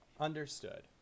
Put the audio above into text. understood